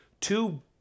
two